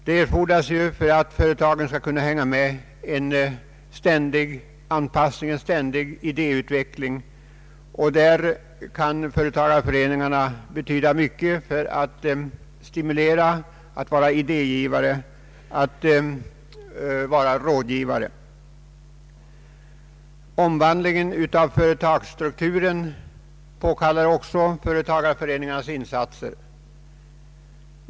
Det erfordras för att företagen skall kunna hänga med en ständig anpassning och en ständig idé utveckling, och därvidlag kan företagareföreningarna ha en mycket stor uppgift att fylla som idégivare och rådgivare. Omvandlingen av företagsstrukturen påkallar också insatser från företagareföreningarnas sida.